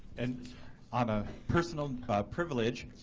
and on a personal privilege,